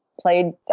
played